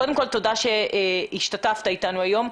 קודם כל, תודה שהשתתפת אתנו היום.